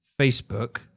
Facebook